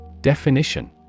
Definition